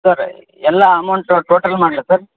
sir ಎಲ್ಲ amount total ಮಾಡ್ಲಾ sir